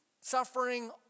suffering